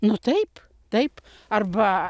nu taip taip arba